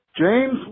James